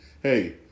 Hey